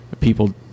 people